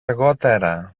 αργότερα